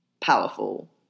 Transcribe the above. powerful